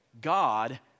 God